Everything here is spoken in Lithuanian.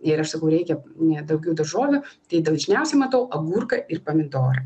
ir aš sakau reikia ne daugiau daržovių tai dažniausiai matau agurką ir pomidorą